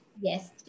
Yes